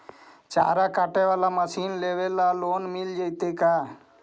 चारा काटे बाला मशीन लेबे ल लोन मिल जितै का?